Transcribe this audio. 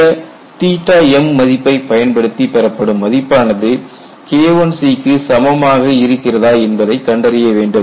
இந்த m மதிப்பை பயன்படுத்தி பெறப்படும் மதிப்பானது K1C க்கு சமமாக இருக்கிறதா என்பதை கண்டறிய வேண்டும்